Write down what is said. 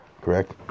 Correct